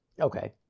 Okay